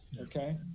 Okay